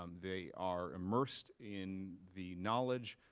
um they are immersed in the knowledge,